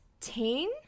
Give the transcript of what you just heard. teen